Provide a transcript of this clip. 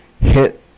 hit